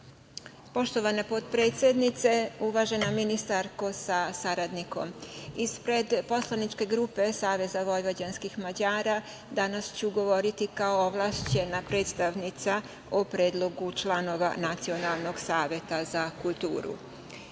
Poštovana potpredsednice, uvažena ministarko sa saradnikom, ispred Poslaničke grupe Saveza vojvođanskih Mađara, danas ću govoriti kao ovlašćena predstavnica o Predlogu članova Nacionalnog saveta za kulturu. Zakon